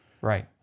Right